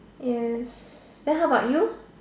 yes then how about you